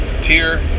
tier